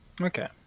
Okay